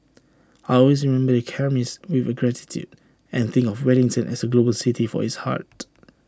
I will always remember the chemist with gratitude and think of Wellington as A global city for its heart